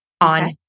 on